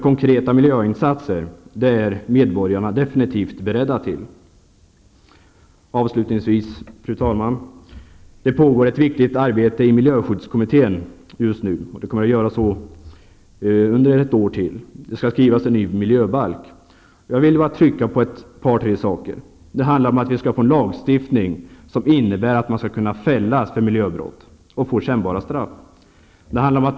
Konkreta miljöinsatser är medborgarna definitivt beredda till. Fru talman! Avslutningsvis: Det pågår ett viktigt arbete i miljöskyddskommittén och kommer att göra så under ett år till. Det skall skrivas en ny miljöbalk. Jag skall bara betona ett par tre saker. Vi skall få en lagstiftning som innebär att man skall kunna fällas för miljöbrott och få kännbara straff.